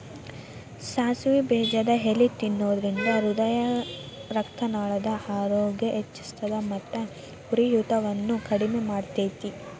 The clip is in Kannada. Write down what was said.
ಸಾಸಿವೆ ಬೇಜದ ಎಲಿ ತಿನ್ನೋದ್ರಿಂದ ಹೃದಯರಕ್ತನಾಳದ ಆರೋಗ್ಯ ಹೆಚ್ಹಿಸ್ತದ ಮತ್ತ ಉರಿಯೂತವನ್ನು ಕಡಿಮಿ ಮಾಡ್ತೆತಿ